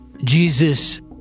Jesus